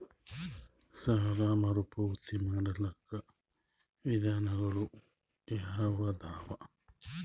ಸಾಲ ಮರುಪಾವತಿ ಮಾಡ್ಲಿಕ್ಕ ವಿಧಾನಗಳು ಯಾವದವಾ?